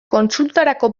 kontsultarako